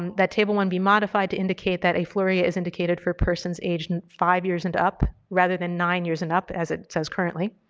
that table one be modified to indicate that afluria is indicated for persons aged and five years and up, rather than nine years and up as it says currently,